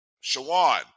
Shawan